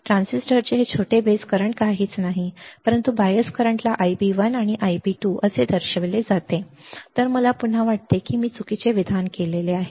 ट्रान्झिस्टरचे हे छोटे बेस करंट्स काहीच नाहीत परंतु बायस करंट्सला Ib1 आणि Ib2 असे दर्शविले जाते तर पुन्हा मला वाटते मी चुकीचे विधान केले आहे